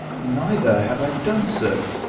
neither have i done so,